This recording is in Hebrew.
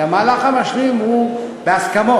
כי המהלך המשלים הוא בהסכמות.